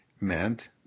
meant